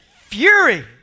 fury